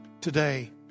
today